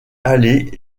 aller